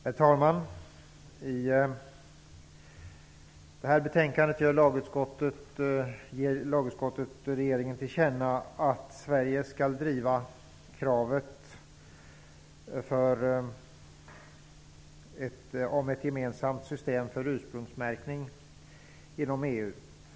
Herr talman! I det här betänkandet ger lagutskottet för det första regeringen till känna att Sverige skall driva kravet om ett gemensamt system för ursprungsmärkning inom EU.